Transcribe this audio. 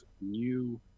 new